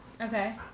Okay